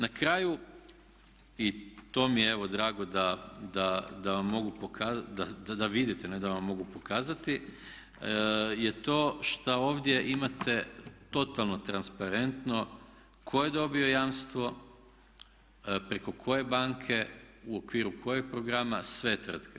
Na kraju, i to mi je evo drago da vam mogu pokazati, da vidite, ne da vam mogu pokazati, je to što ovdje imate totalno transparentno tko je dobio jamstvo, preko koje banke, u okviru kojeg programa, sve tvrtke.